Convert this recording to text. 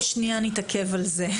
נתעכב על זה.